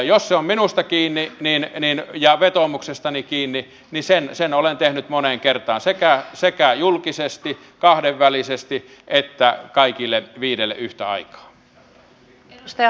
jos se on minusta kiinni ja vetoomuksestani kiinni niin sen olen tehnyt moneen kertaan sekä julkisesti kahdenvälisesti että kaikille viidelle yhtä aikaa